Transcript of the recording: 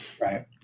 Right